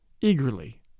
eagerly